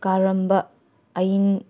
ꯀꯔꯝꯕ ꯑꯥꯏꯟ